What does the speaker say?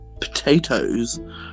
potatoes